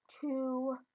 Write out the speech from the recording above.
two